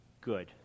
good